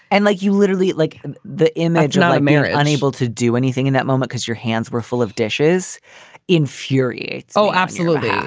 and like you literally like the imaginary man unable to do anything in that moment cause your hands were full of dishes in fury. oh, absolutely. yeah